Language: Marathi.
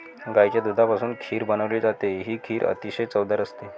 गाईच्या दुधापासून खीर बनवली जाते, ही खीर अतिशय चवदार असते